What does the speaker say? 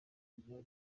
byari